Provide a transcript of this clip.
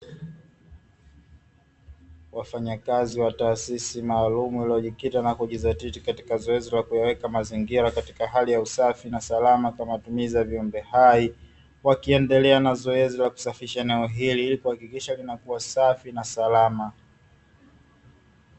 Wafanyakazi wa taasisi maalum iliyojikita na kujizatiti katika zoezi ya kuyaweka mazingira katika hali ya usafi na salama, kwa matumizi ya viumbe hai wakiendelea na zoezi la kusafisha eneo hili kuhakikisha lina kuwa safi na salama.